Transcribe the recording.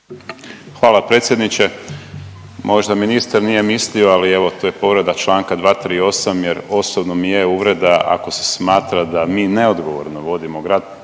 Hvala predsjedniče. Možda ministar nije mislio, ali evo to je povreda članka 238. jer osobno mi je uvreda ako se smatra da mi neodgovorno vodimo grad,